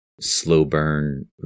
slow-burn